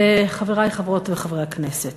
חברי חברות וחברי הכנסת,